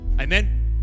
Amen